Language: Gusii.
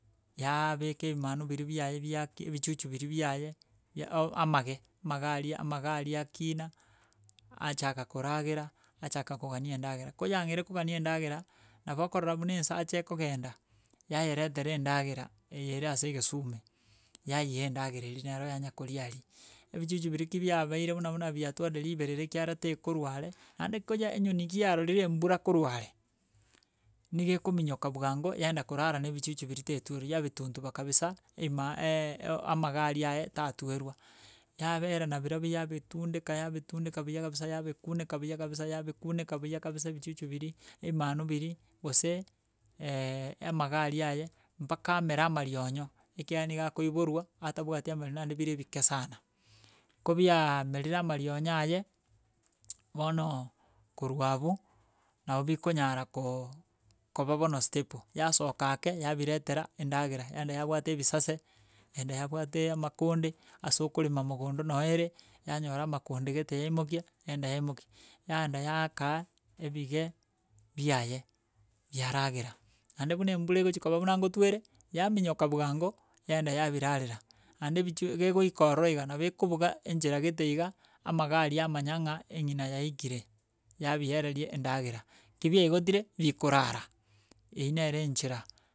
yabeka ebimanu biria biaye biaki ebichuchu biria biaye, bia o- amage, amaga aria amaga aria akina, achaka koragera, achaka kogania endagera. Koyang'eire kogania endagera, nabo okorora buna ensacha ekogenda yaeretera endagera, eye ere ase egesume, yayea endagera eri nero yanya koria aria, ebichuchu biria ki biabeire buna buna biatwarire riberera ekiagera tekorwa are naende konya enyoni giarorire embura korwa are, nigo ekomiyoka bwango, yaenda korara na ebichuchu biria tetweru, yabituntuba kabisa ebima eeh eh o- amaga aria aye tatwera, yabera nabirobio yabitundeka yabitundeka buya kabisa yabikuneka buya kabisa yabikuneka buya kabisa ebichuchu biria, ebimanu biria gose, amaga aria aye, mpaka amera amaroinyo, ekiagera nigo akoiborwa atabwati amarionyo naende bire bike sana. Kobiaaa merire amarionyo aye bono, korwa abwo, nabo bikonyara ko koba bono stable, yasoka ake yabiretera endagera yaenda yabwata ebisase, yaenda yabwata amakonde ase okorema mogondo noere yanyora amakonde gete yaimokia, yaenda yaimoki, yaenda yaaka ebige biaye biaragera. Naende buna embura egochi koba buna ngotwere yaminyoka bwango, yaenda yabirarera, ande ebichu gegoika ororo iga nabo ekobuga enchera gete iga amaga aria amanya ng'a eng'ina yaikire yabiereria endagera. Kibiaigotire bikorara, eywo nere enchera.